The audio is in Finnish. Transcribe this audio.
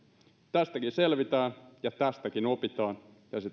tästäkin selvitään ja tästäkin opitaan ja se